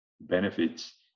benefits